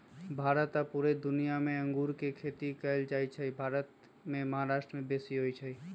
भारत आऽ पुरे दुनियाँ मे अङगुर के खेती कएल जाइ छइ भारत मे महाराष्ट्र में बेशी होई छै